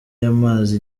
y’amazi